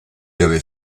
avait